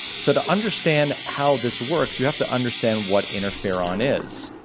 so to understand how this works, you have to understand what interferon is,